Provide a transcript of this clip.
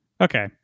Okay